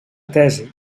tesi